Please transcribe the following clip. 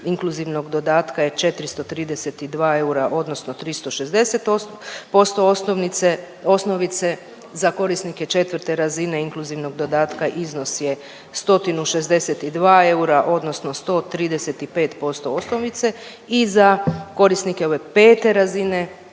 inkluzivnog dodatka je 432 eura odnosno 360 posto osnovice. Za korisnike četvrte razine inkluzivnog dodatka iznos je 162 eura, odnosno 135 posto osnovice. I za korisnike ove pete razine